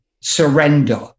surrender